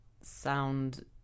sound